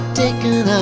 taken